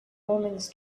omens